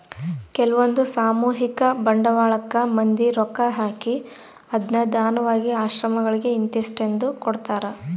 ಕೆಲ್ವಂದು ಸಾಮೂಹಿಕ ಬಂಡವಾಳಕ್ಕ ಮಂದಿ ರೊಕ್ಕ ಹಾಕಿ ಅದ್ನ ದಾನವಾಗಿ ಆಶ್ರಮಗಳಿಗೆ ಇಂತಿಸ್ಟೆಂದು ಕೊಡ್ತರಾ